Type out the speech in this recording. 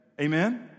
Amen